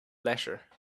leisure